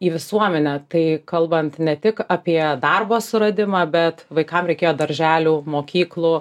į visuomenę tai kalbant ne tik apie darbo suradimą bet vaikam reikėjo darželių mokyklų